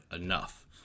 enough